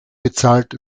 bezahlt